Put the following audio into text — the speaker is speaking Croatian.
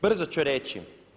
Brzo ću reći.